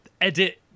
edit